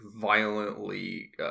violently